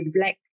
black